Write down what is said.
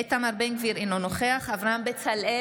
אינו נוכח איתמר בן גביר, אינו נוכח אברהם בצלאל,